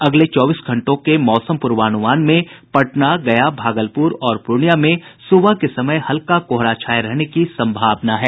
अगले चौबीस घंटों के मौसम पूर्वानुमान में पटना गया भागलपुर और पूर्णियां में सुबह के समय हल्का कोहरा छाये रहने की संभावना है